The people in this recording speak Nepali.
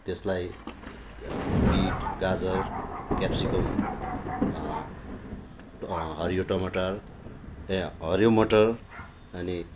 त्यसलाई बिट गाजर क्यापसिकम हरियो टमाटर हरियो मटर अनि